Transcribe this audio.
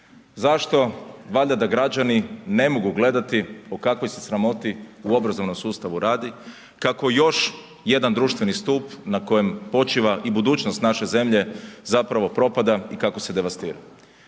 Zašto? Valjda da građani ne mogu gledati o kakvoj se sramoti u obrazovnom sustavu radi, kako još jedan društveni stup na kojem počiva i budućnost naše zemlje zapravo propada i kako se devastira.